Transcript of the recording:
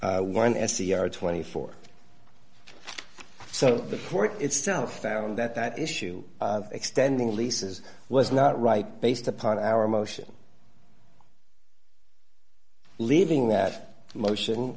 twenty four so the court itself found that that issue extending leases was not right based upon our motion leaving that motion